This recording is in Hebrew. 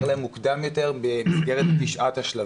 להם מוקדם יותר במסגרת תשעת השלבים.